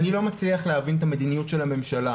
אני לא מצליח להבין את מדיניות הממשלה,